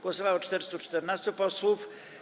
Głosowało 414 posłów.